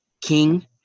king